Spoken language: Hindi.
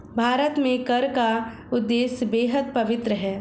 भारत में कर का उद्देश्य बेहद पवित्र है